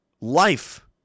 life